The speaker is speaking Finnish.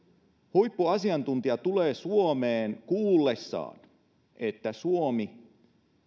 huippuasiantuntija tulee suomeen kuullessaan että suomi